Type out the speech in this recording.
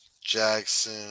Jackson